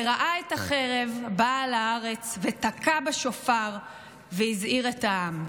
וראה את החרב באה על הארץ ותקע בשופר והזהיר את העם".